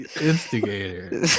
Instigator